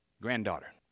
granddaughter